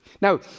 Now